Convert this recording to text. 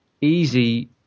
easy